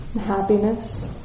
happiness